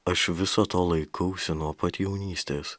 aš viso to laikausi nuo pat jaunystės